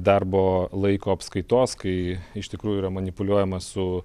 darbo laiko apskaitos kai iš tikrųjų yra manipuliuojama su